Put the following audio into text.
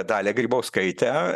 dalią grybauskaitę